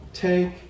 Take